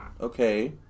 Okay